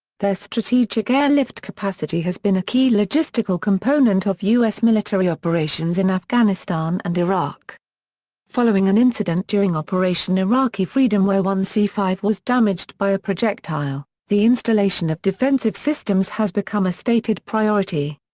their strategic airlift capacity has been a key logistical component of u s. military operations in afghanistan and iraq following an incident during operation iraqi freedom where one c five was damaged by a projectile, the installation of defensive systems has become a stated priority.